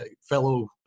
fellow